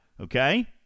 okay